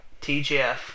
TGF